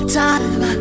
time